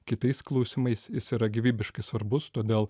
kitais klausimais jis yra gyvybiškai svarbus todėl